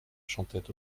chantait